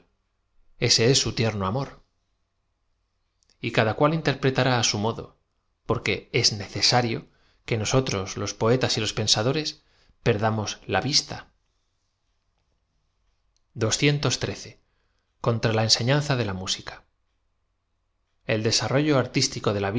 ese es bu tierno amor y cada cual interpretará á bu modo porque t i necesario que nosotros ios poe tas y los pensadores i perdamos la vista l o n tr a la enseñanza de la múiicaé e l desarrollo artístico de la